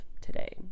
today